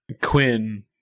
Quinn